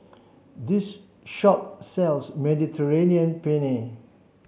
this shop sells Mediterranean Penne